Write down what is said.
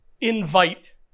invite